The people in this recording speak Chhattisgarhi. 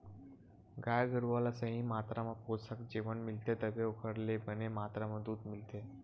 गाय गरूवा ल सही मातरा म पोसक जेवन मिलथे तभे ओखर ले बने मातरा म दूद मिलथे